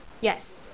Yes